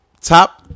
top